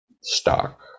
stock